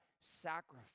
sacrifice